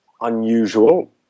unusual